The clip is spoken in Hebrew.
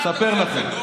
אני אספר לכם.